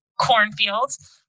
cornfields